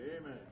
Amen